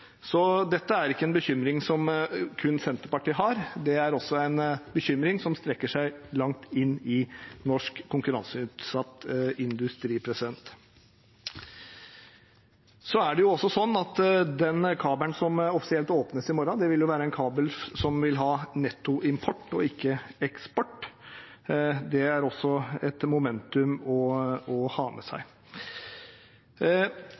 Så dette er ikke en bekymring som kun Senterpartiet har, det er også en bekymring som strekker seg langt inn i norsk konkurranseutsatt industri. Den kabelen som offisielt åpnes i morgen, vil være en kabel som vil ha nettoimport og ikke -eksport. Det er også et moment å ha med seg.